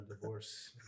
Divorce